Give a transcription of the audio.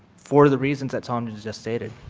for the reasons that tom just stated.